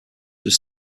was